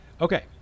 Okay